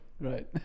Right